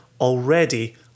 already